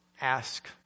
ask